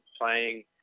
playing